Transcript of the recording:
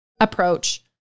approach